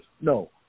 No